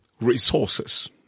resources